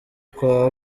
kwa